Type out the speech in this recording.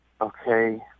Okay